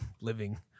living